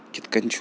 کِتھ کَنہِ چھُ